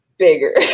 bigger